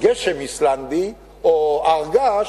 גשם איסלנדי או הר געש,